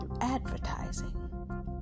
advertising